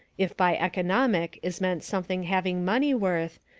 if by economic is meant something having money worth,